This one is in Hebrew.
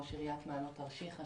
ראש עיריית מעלות-תרשיחא,